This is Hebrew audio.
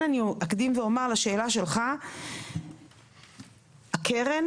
המטרות של הקרן